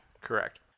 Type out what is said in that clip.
Correct